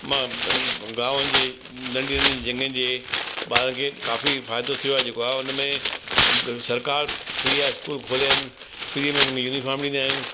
गांवनि जे नंढी नंढी जॻहियुनि जे ॿारनि खे काफ़ी फ़ाइदो थियो आहे जेको हुन में सरकारु फ्री जा स्कूल खोलिया आहिनि फ्री में उन खे युनिफॉम ॾींदा आहिनि